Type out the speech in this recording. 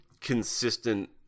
consistent